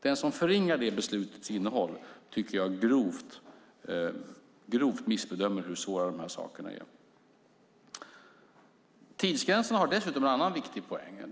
Den som förringar det beslutets innehåll tycker jag grovt missbedömer hur svåra dessa frågor är. Tidsgränserna har dessutom en annan viktig poäng.